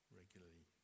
regularly